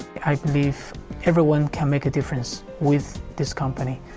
i believe everyone can make a difference with this company.